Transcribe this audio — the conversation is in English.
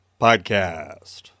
Podcast